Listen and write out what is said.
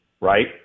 right